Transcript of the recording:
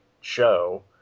show